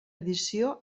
edició